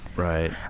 Right